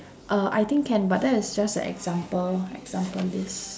uh I think can but that is just a example example list